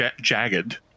jagged